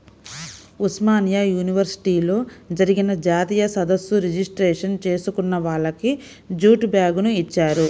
ఉస్మానియా యూనివర్సిటీలో జరిగిన జాతీయ సదస్సు రిజిస్ట్రేషన్ చేసుకున్న వాళ్లకి జూటు బ్యాగుని ఇచ్చారు